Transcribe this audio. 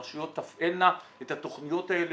הרשויות תפעלנה את התוכניות האלה.